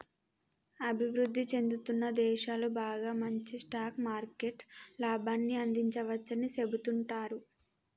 అభివృద్ధి చెందుతున్న దేశాలు బాగా మంచి స్టాక్ మార్కెట్ లాభాన్ని అందించవచ్చని సెబుతుంటారు